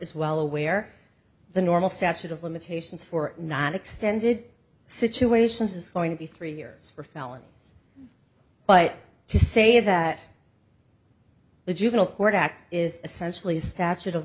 is well aware the normal satch of limitations for not extended situations is going to be three years for felonies but to say that the juvenile court act is essentially a statute of